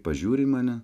pažiūri į mane